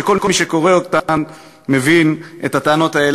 שכל מי שקורא אותן מבין את הטענות האלה